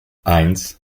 eins